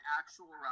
actual